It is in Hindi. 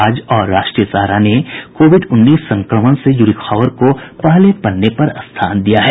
आज और राष्ट्रीय सहारा ने कोविड उन्नीस संक्रमण से जुड़ी खबर को पहले पन्ने पर स्थान दिया है